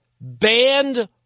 Banned